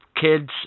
kids